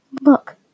Look